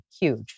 Huge